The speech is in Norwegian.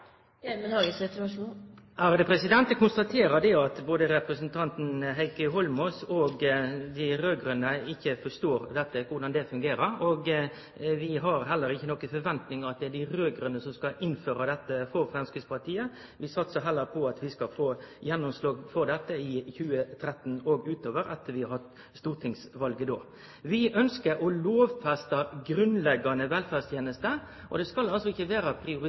med mange innbyggere? Eg konstaterer at verken representanten Heikki Holmås eller dei raud-grøne forstår korleis det fungerer. Vi har heller ikkje nokon forventingar til at dei raud-grøne skal innføre dette for Framstegspartiet. Vi satsar heller på at vi skal få gjennomslag for dette i 2013 og utover, etter at vi har hatt stortingsvalet då. Vi ønskjer å lovfeste grunnleggjande velferdstenester, og det skal altså ikkje